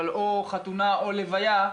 או חתונה או לוויה,